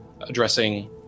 addressing